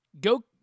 Go